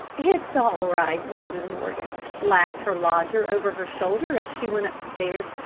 it's all right, mrs. morgan, laughed her lodger over her shoulder as she went up the stairs.